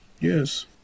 Yes